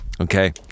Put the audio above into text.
Okay